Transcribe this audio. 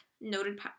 noted